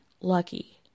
lucky